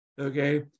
okay